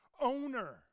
Owner